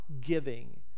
giving